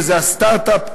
שזה הסטרט-אפ,